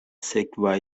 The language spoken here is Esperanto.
sekva